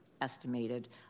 estimated